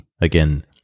Again